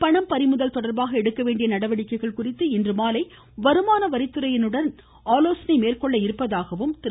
பணம் பறிமுதல் தொடர்பாக எடுக்க வேண்டிய நடவடிக்கைகள் குறித்து இன்றுமாலை வருமான வரித்துறையினருடன் ஆலோசனை மேற்கொள்ள உள்ளதாகவும் திரு